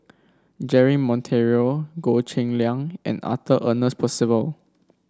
Jeremy Monteiro Goh Cheng Liang and Arthur Ernest Percival